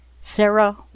Sarah